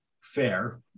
Fair